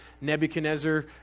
Nebuchadnezzar